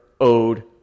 owed